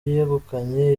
yegukanye